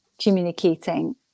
communicating